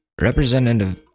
representative